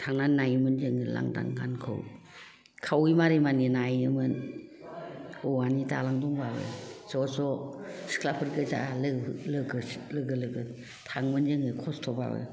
थांनानै नायोमोन जोङो लांदां गानखौ खावयै मारि मानि नायोमोन औवानि दालां दंबाबो ज' ज' सिख्लाफोर गोजा लोगो लोगो लोगो लोगो थाङोमोन जोङो खस्थ'बाबो